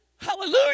Hallelujah